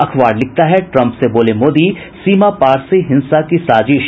अखबार लिखता है ट्रंप से बोले मोदी सीमा पार से हिंसा की साजिश